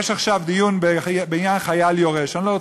בעוד שישה חודשים נבוא לכאן עם ארכה נוספת.